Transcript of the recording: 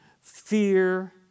fear